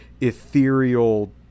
ethereal